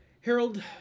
Harold